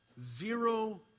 Zero